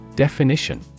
Definition